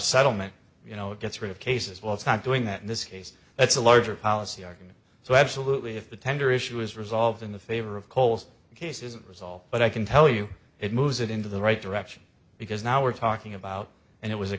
settlement you know it gets rid of cases well it's not doing that in this case it's a larger policy argument so absolutely if the tender issue is resolved in the favor of coles case isn't resolved but i can tell you it moves it into the right direction because now we're talking about and it was a